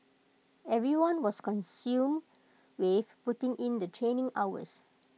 everyone was consumed with putting in the training hours